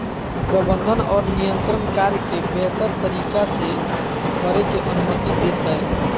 प्रबंधन और नियंत्रण कार्य के बेहतर तरीका से करे के अनुमति देतय